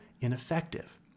ineffective